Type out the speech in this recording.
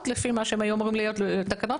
לפי מה שהם אמורים להיות לפי התקנות,